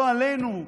לא עלינו,